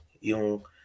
yung